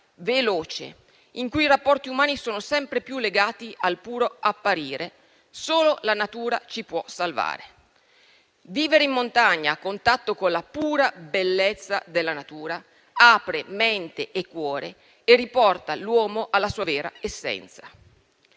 veloce e in cui i rapporti umani sono sempre più legati al puro apparire, solo la natura ci può salvare. Vivere in montagna, a contatto con la pura bellezza della natura, apre mente e cuore e riporta l'uomo alla sua vera essenza.